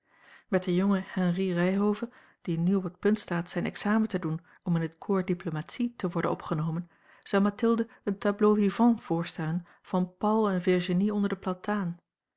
met den jongen henri ryhove die nu op het punt staat zijn examen te doen om in het corps diplomatie te worden opgenomen zou mathilde een tableau vivant voorstellen van paul en virginie onder den plataan